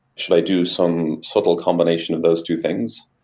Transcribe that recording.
should i do some subtle combination of those two things?